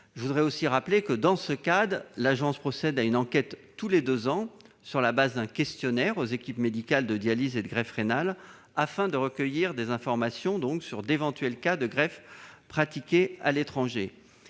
ce cadre, l'Agence de la biomédecine procède à une enquête tous les deux ans, sur la base d'un questionnaire adressé aux équipes médicales de dialyse et de greffe rénale afin de recueillir des informations sur d'éventuels cas de greffes pratiquées à l'étranger.